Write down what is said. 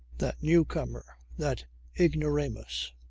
that newcomer, that ignoramus,